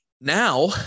Now